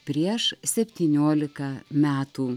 prieš septyniolika metų